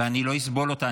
ואני לא אסבול אותה.